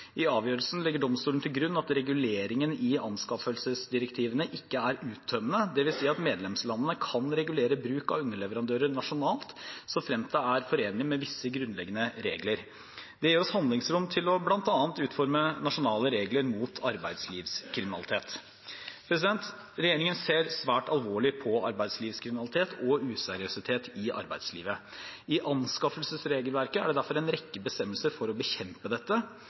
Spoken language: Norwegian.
I avgjørelsen legger domstolen til grunn at reguleringen i anskaffelsesdirektivene ikke er uttømmende. Det vil si at medlemslandene kan regulere bruken av underleverandører nasjonalt såfremt det er forenlig med visse grunnleggende regler. Det gir oss handlingsrom til bl.a. å utforme nasjonale regler mot arbeidslivskriminalitet. Regjeringen ser svært alvorlig på arbeidslivskriminalitet og useriøsitet i arbeidslivet. I anskaffelsesregelverket er det derfor en rekke bestemmelser for å bekjempe dette.